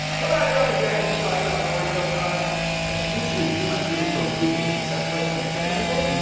come out here on the deck and we just talk about nord sometimes. so i usually read my news from google news. that's the first thing i check everyday,